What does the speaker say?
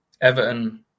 Everton